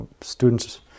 students